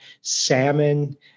salmon